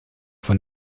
von